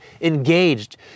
engaged